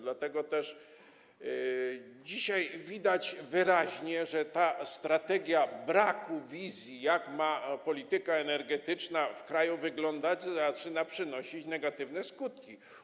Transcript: Dlatego też dzisiaj widać wyraźnie, że ta strategia braku wizji, jak ma wyglądać polityka energetyczna w kraju, zaczyna przynosić negatywne skutki.